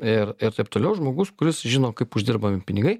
ir ir taip toliau žmogus kuris žino kaip uždirbami pinigai